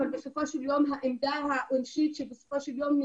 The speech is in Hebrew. אבל בסופו של יום העמדה העונשית שנבקש